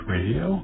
Radio